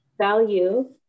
value